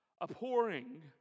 Abhorring